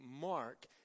Mark